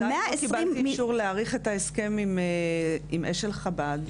ה- 120 מיליון --- קיבלתי אישור להאריך את ההסכם עם אשל חב"ד,